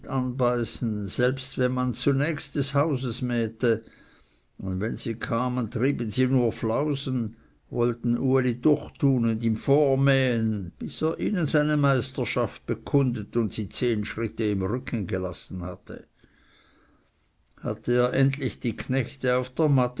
anbeißen selbst wenn man zunächst des hauses mähte und wann sie kamen so trieben sie nur flausen wollten uli durchtun und ihm vormähen bis er ihnen seine meisterschaft beurkundet und sie zehn schritte im rücken gelassen hatte hatte er endlich die knechte auf der matte